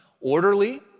orderly